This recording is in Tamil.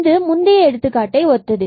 இது முந்தைய எடுத்துக்காட்டை ஒத்தது